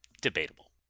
Debatable